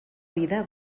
vida